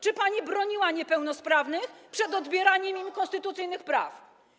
Czy pani broniła niepełnosprawnych przed odbieraniem im konstytucyjnych praw?